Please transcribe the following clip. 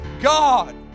God